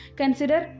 consider